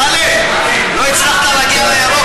אני מציין כי חברת הכנסת אורלי לוי תומכת,